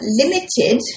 limited